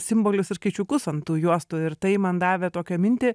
simbolius ir skaičiukus ant tų juostų ir tai man davė tokią mintį